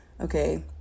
okay